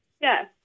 yes